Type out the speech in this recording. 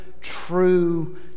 true